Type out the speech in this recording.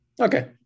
Okay